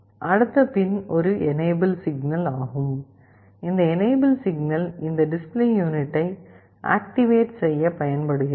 அடுத்த பின் ஒரு எனேபிள் சிக்னல் ஆகும் இந்த எனேபிள் சிக்னல் இந்த டிஸ்ப்ளே யூனிட்டை ஆக்டிவேட் செய்ய பயன்படுகிறது